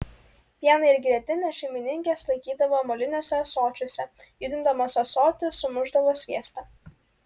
pieną ir grietinę šeimininkės laikydavo moliniuose ąsočiuose judindamos ąsotį sumušdavo sviestą